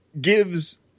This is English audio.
gives